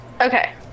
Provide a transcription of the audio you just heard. okay